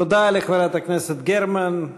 תודה לחברת הכנסת גרמן.